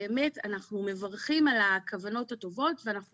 באמת אנחנו מברכים על הכוונות הטובות ואנחנו